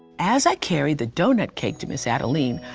as i carry the doughnut cake to miz adeline,